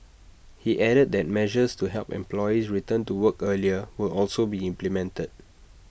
he added that measures to help employees return to work earlier will also be implemented